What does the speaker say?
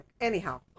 Anyhow